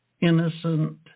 innocent